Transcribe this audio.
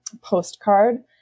postcard